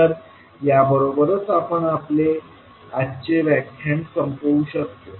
तर याबरोबरच आपण आजचे आपले व्याख्यान संपवू शकतो